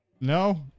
no